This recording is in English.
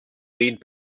lead